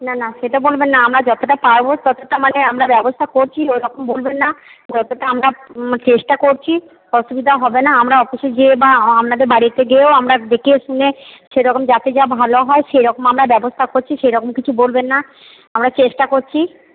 না না সেটা বলবেন না আমরা যতটা পারবো ততটা মানে আমরা ব্যবস্থা করছি এরকম বলবেন না যতটা আমরা চেষ্টা করছি অসুবিধা হবে না আমরা অফিসে গিয়ে বা আপনাদের বাড়িতে গিয়েও আমরা দেখিয়ে শুনে সেরকম যাতে যা ভালো হয় সেইরকম আমরা ব্যবস্থা করছি সেইরকম কিছু বলবেন না আমরা চেষ্টা করছি